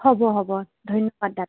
হ'ব হ'ব ধন্যবাদ দাদা